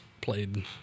played